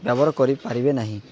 ବ୍ୟବହାର କରିପାରିବେ ନାହିଁ